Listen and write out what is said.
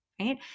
right